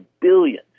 billions